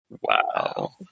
Wow